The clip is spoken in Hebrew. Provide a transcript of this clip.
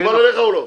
מקובל עליך או לא?